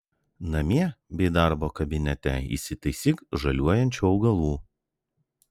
namie bei darbo kabinete įsitaisyk žaliuojančių augalų